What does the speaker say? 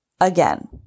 Again